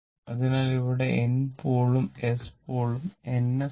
അതിനാൽ ഇവിടെ N പോളും S പോളും N S N S